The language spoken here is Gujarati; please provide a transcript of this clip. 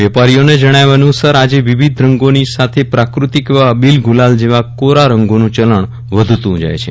વેપારીઓના જણાવ્યા અનુસાર આજે વિવિધ રંગોની સાથે પ્રાક્રતિક એવા અબીલગુલાલ જેવા કોરા રંગોનું ચલન વધતું જાય છે